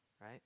right